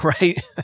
right